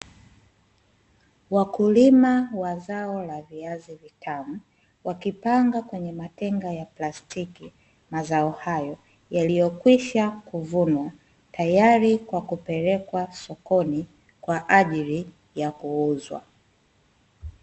Wakulima wa zao la viazi vitamu wakipanga kwenye matenga ya plastiki mazao hayo, yaliyokwisha kuvunwa tayari kwa kupelekwa sokoni kwa ajili ya kuuzwa.